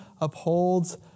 upholds